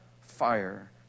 fire